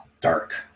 dark